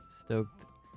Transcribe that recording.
stoked